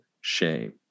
shame